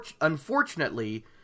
unfortunately